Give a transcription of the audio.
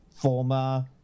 former